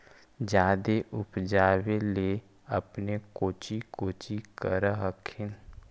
जादे उपजाबे ले अपने कौची कौची कर हखिन?